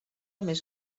més